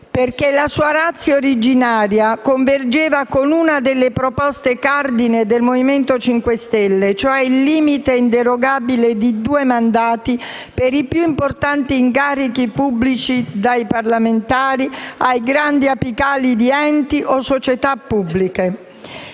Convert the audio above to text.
perché la sua *ratio* originaria convergeva con una delle proposte cardine del Movimento 5 Stelle, cioè il limite inderogabile dei due mandati per i più importanti incarichi pubblici, dal parlamentare ai gradi apicali di enti o società pubbliche.